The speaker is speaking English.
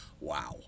wow